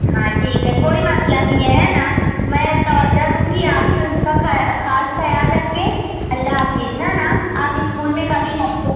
ہاں ٹھیک ہے کوئی مسئلہ نہیں ہے ہے نا میں توجہ دوں گی آپ بھی اس کا خاص خیال رکھیں اللہ حافظ ہے نا آپ اسکول میں کبھی